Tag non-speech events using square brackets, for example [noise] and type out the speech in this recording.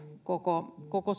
koko koko [unintelligible]